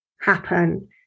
happen